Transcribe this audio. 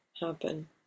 happen